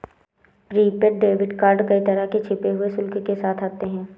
prepaid debit card कई तरह के छिपे हुए शुल्क के साथ आते हैं